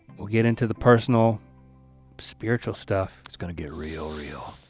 we'll get into the personal spiritual stuff. it's gonna get real real.